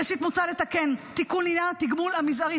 ראשית, מוצע לתקן תיקון לעניין התגמול המזערי.